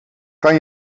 kan